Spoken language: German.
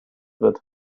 wird